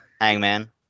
Hangman